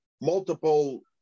multiple